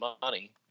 money